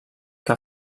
que